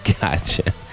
Gotcha